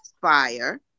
fire